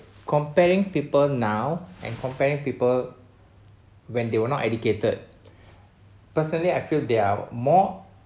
compelling people now and compelling people when they were not educated personally I feel they are more